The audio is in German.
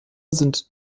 sind